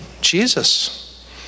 Jesus